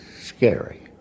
scary